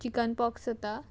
chicken pox जाता